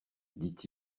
dit